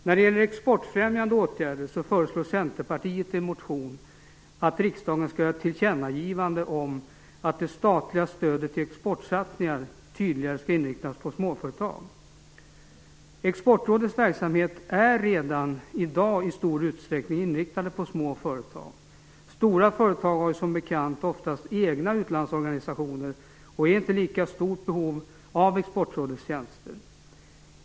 När det gäller exportfrämjande åtgärder föreslår Centerpartiet i en motion att riksdagen skall göra ett tillkännagivande om att det statliga stödet till exportsatsningar tydligare skall inriktas på småföretag. Exportrådets verksamhet är redan i dag i stor utsträckning inriktad på små företag. Stora företag har som bekant oftast egna utlandsorganisationer och är inte i lika stort behov av Exportrådets tjänster.